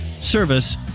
service